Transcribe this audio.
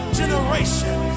generation